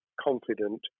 confident